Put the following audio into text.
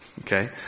Okay